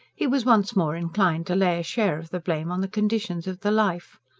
he was once more inclined to lay a share of the blame on the conditions of the life.